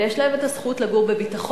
ויש להם זכות לגור בביטחון,